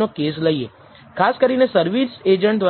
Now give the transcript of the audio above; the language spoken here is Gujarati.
નો સમાવેશ થાય છે